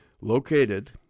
Located